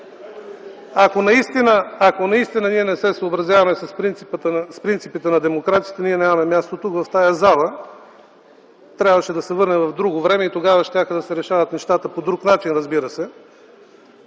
ако наистина ние не се съобразяваме с принципите на демокрацията, ние нямаме място тук, в тази зала. Трябваше да се върнем в друго време и тогава щяха да се решават нещата по друг начин, разбира се.